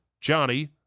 Johnny